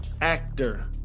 actor